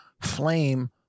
flame